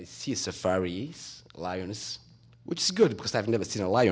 i see safari lioness which is good because i've never seen a li